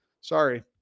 Sorry